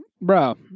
bro